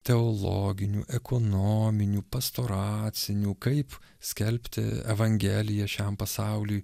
teologinių ekonominių pastoracinių kaip skelbti evangeliją šiam pasauliui